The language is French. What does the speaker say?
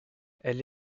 elle